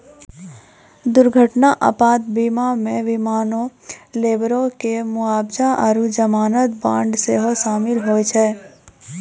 दुर्घटना आपात बीमा मे विमानो, लेबरो के मुआबजा आरु जमानत बांड सेहो शामिल होय छै